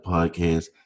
Podcast